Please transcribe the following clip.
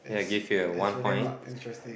ya I'll give you a one point